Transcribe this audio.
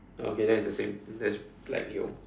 okay then it's the same there's black your